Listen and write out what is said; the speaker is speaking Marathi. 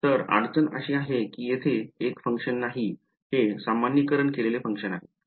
तर अडचण अशी आहे की येथे हे एक फंक्शन नाही हे सामान्यीकरण केलेले फंक्शन आहे